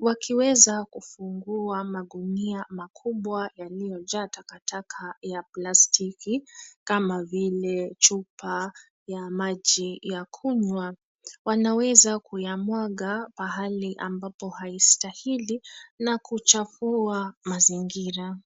wakiweza kufungua magunia makubwa yaliyojaa takataka ya plastiki kama vile chupa ya maji ya kunywa. Wanaweza kuyamwaga pahali ambapo haistahili na kuchafua mazingira.